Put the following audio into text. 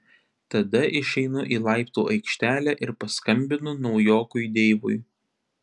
tada išeinu į laiptų aikštelę ir paskambinu naujokui deivui